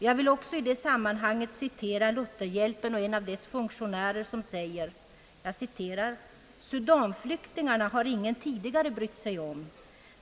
Jag vill i det sammanhanget också citera en av Lutherhjälpens funktionärer som säger: »Sudanflyktingarna har ingen tidigare brytt sig om.